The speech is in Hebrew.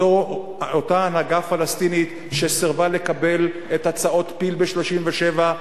אותה הנהגה פלסטינית שסירבה לקבל את הצעות פיל ב-1937,